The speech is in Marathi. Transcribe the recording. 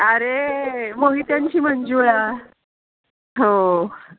अरे मोहित्यांची मंजूळा हो